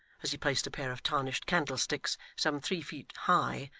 as he placed a pair of tarnished candlesticks, some three feet high,